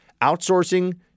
outsourcing